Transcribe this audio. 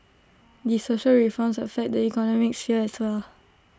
the social reforms affect the economic sphere as well